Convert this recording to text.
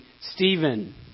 Stephen